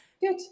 Good